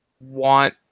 want